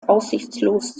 aussichtslos